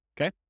okay